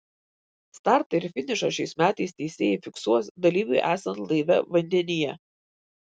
startą ir finišą šiais metais teisėjai fiksuos dalyviui esant laive vandenyje